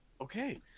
Okay